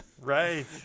Right